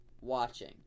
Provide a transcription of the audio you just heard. watching